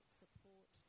support